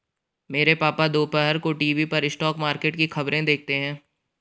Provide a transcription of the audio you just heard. मेरे पापा दोपहर को टीवी पर स्टॉक मार्केट की खबरें देखते हैं